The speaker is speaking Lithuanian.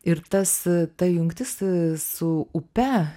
ir tas ta jungtis su upe